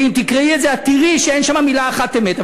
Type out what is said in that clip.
ואם תקראי את זה את תראי שאין שם מילה אחת אמת.